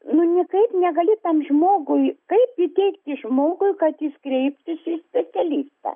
nu nikaip negali tam žmogui kaip įteigti žmogui kad jis kreiptųsi specialistą